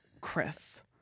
Chris